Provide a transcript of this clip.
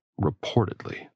reportedly